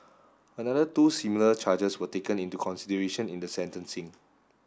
another two similar charges were taken into consideration in the sentencing